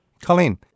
Colleen